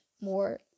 more